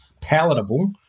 palatable